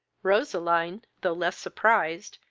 roseline, though less surprised,